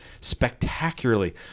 spectacularly